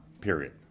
period